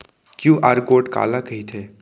QR code काला कहिथे?